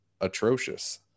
atrocious